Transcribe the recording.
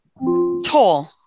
toll